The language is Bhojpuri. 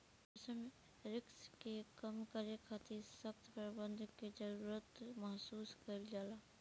ऑपरेशनल रिस्क के कम करे खातिर ससक्त प्रबंधन के जरुरत महसूस कईल जाला